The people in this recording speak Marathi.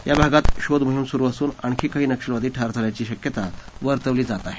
या भागात शोधमोहीम सुरू असून आणखी काही नक्षलवादी ठार झाल्याची शक्यता वर्तवली जात आहे